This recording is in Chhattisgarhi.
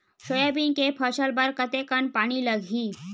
सोयाबीन के फसल बर कतेक कन पानी लगही?